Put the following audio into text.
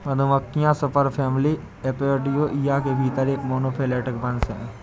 मधुमक्खियां superfamily Apoidea के भीतर एक मोनोफैलेटिक वंश हैं